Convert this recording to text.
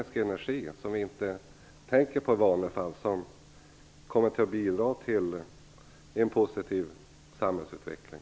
Det är energi som vi inte tänker på i vanliga fall, som kommer att bidra till en positiv samhällsutveckling.